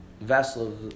vessel